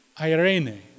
Irene